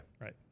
right